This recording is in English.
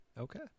Okay